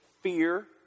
fear